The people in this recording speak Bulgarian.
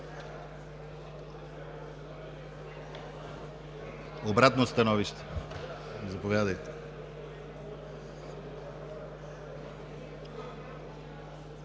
Обратно становище? Заповядайте.